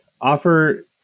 Offer